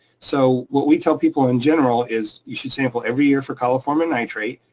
so what we tell people in general is, you should sample every year for coliform and nitrate,